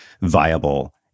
viable